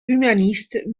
humaniste